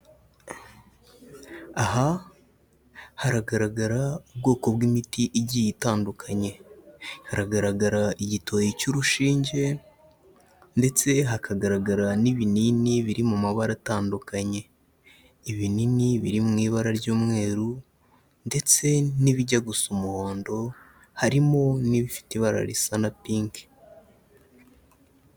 Aha haragaragara ubwoko bw'imiti igiye itandukanye, hagaragara igitoryi cy'urushinge, ndetse hakagaragara n'ibinini biri mu mabara atandukanye, ibinini biri mu ibara ry'umweru, ndetse n'ibijya gusa umuhondo, harimo n'ibifite ibara risa na pinki.